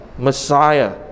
Messiah